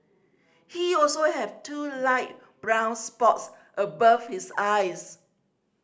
he also have two light brown spots above his eyes